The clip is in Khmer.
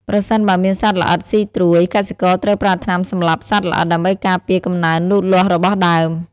ប្រសិនបើមានសត្វល្អិតស៊ីត្រួយ កសិករត្រូវប្រើថ្នាំសម្លាប់សត្វល្អិតដើម្បីការពារកំណើនលូតលាស់របស់ដើម។